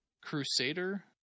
Crusader